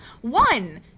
one